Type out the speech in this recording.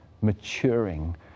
maturing